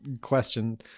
question